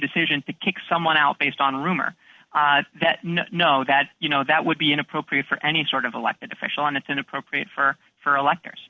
decision to kick someone out based on rumor that know that you know that would be inappropriate for any sort of elected official and it's inappropriate for for elect